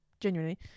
genuinely